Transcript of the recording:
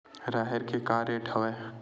राहेर के का रेट हवय?